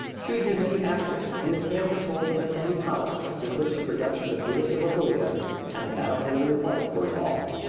should use many actors and the tale be told with the same power with which the productions of judith of bethulia and the battle hymn of the republic were evolved.